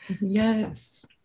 Yes